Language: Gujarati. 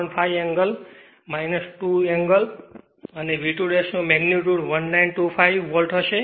5 angle 2 o અને V2 નો મેગ્નિટ્યુડ 1925 વોલ્ટ હશે